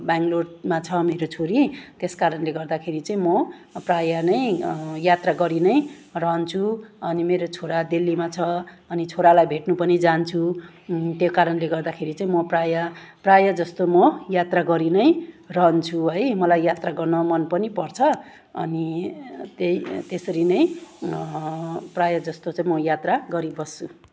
बेङ्गलोरमा छ मेरो छोरी त्यस कारणले गर्दाखेरि चाहिँ म प्रायः नै यात्रा गरी नै रहन्छु अनि मेरो छोरा दिल्लीमा छ अनि छोरालाई भेट्नु पनि जान्छु त्यो कारणले गर्दाखेरि चाहिँ मो प्रायः प्रायः जस्तो म यात्रा गरी नै रहन्छु है मलाई यात्रा गर्न मन पनि पर्छ अनि त्यही त्यसरी नै प्रायः जस्तो चाहिँ म यात्रा गरिबस्छु